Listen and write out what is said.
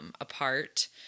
apart